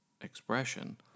expression